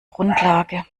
grundlage